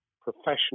professional